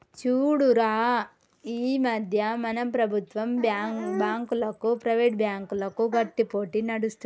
చూడురా ఈ మధ్య మన ప్రభుత్వం బాంకులకు, ప్రైవేట్ బ్యాంకులకు గట్టి పోటీ నడుస్తుంది